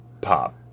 ...pop